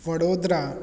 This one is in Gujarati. વડોદરા